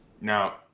now